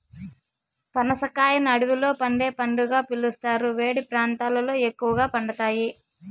పనస కాయను అడవిలో పండే పండుగా పిలుస్తారు, వేడి ప్రాంతాలలో ఎక్కువగా పండుతాయి